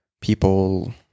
people